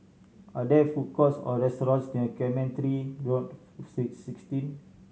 are there food courts or restaurants near Cemetry North Saint sixteen